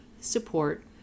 support